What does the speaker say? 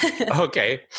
okay